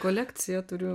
kolekciją turiu